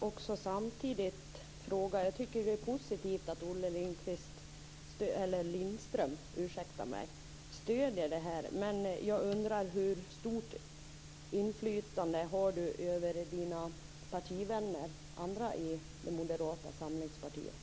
Fru talman! Jag tycker att det är positivt att Olle Lindström stöder det. Jag undrar hur stort hans inflytande är över partikamraterna inom Moderata samlingspartiet.